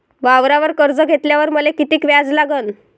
वावरावर कर्ज घेतल्यावर मले कितीक व्याज लागन?